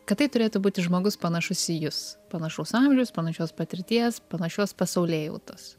kad tai turėtų būti žmogus panašus į jus panašaus amžiaus panašios patirties panašios pasaulėjautos